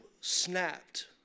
snapped